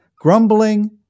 Grumbling